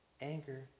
Anger